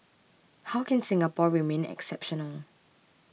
how can Singapore remain exceptional